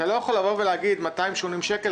אתה לא יכול לבוא ולהגיד 280 שקל.